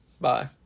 Bye